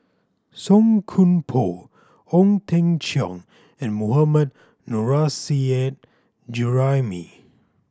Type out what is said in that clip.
Song Koon Poh Ong Teng Cheong and Mohammad Nurrasyid Juraimi